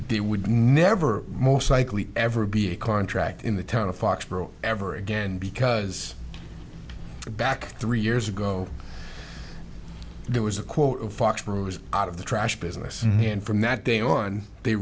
would never most likely ever be a contract in the town of foxborough ever again because back three years ago there was a quote out of the trash business and from that day on they